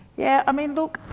yeah i mean look,